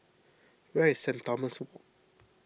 where is Saint Thomas Walk